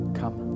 come